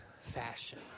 fashion